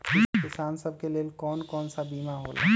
किसान सब के लेल कौन कौन सा बीमा होला?